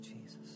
Jesus